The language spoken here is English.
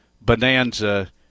bonanza